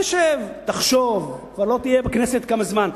תשב, תחשוב, כבר לא תהיה בכנסת כמה זמן.